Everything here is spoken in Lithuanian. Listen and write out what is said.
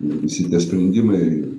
ir visi tie spredimai